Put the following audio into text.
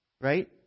Right